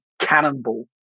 cannonball